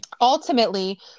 Ultimately